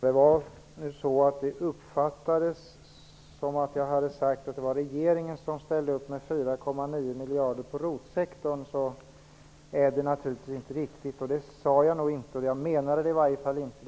Herr talman! Om det uppfattades som att jag hade sagt att regeringen ställde upp med 4,9 miljarder på ROT-sektorn, så är det naturligtvis inte riktigt. Jag sade nog inte så heller, jag menade det i varje fall inte.